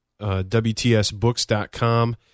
wtsbooks.com